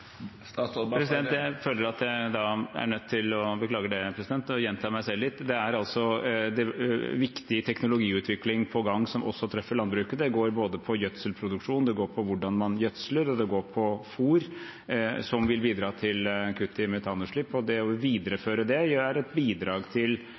Jeg føler at jeg da er nødt til å gjenta meg selv litt. Det er altså en viktig teknologiutvikling på gang som også treffer landbruket. Det går både på gjødselproduksjon, det går på hvordan man gjødsler, og det går på fôr, som vil bidra til kutt i metanutslipp. Å videreføre det er et bidrag til å